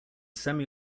semi